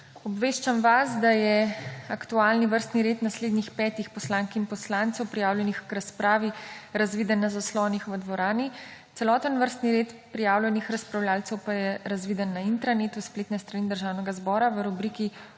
Obveščam vas, da je aktualni vrstni red naslednjih petih poslank in poslancev, prijavljenih k razpravi, razviden na zaslonih v dvorani. Celotni vrstni red prijavljenih razpravljavcev pa je razviden na intranetni spletni strani Državnega zbora, v rubriki